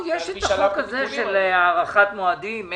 יש את הצעת החוק בעניין הארכת מועדים.